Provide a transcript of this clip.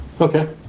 Okay